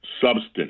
substance